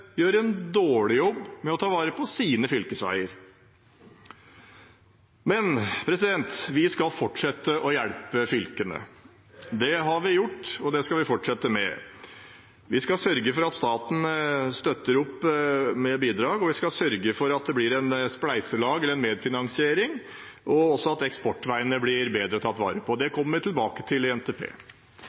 gjør en dårlig jobb med å ta vare på sine fylkesveier. Vi skal fortsette å hjelpe fylkene. Det har vi gjort, og det skal vi fortsette med. Vi skal sørge for at staten støtter opp med bidrag, og vi skal sørge for at det blir et spleiselag, eller en medfinansiering, og at eksportveiene blir bedre tatt vare på. Det kommer vi tilbake til i NTP.